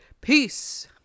Peace